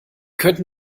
könnten